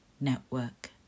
network